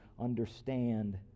understand